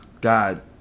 God